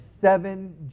seven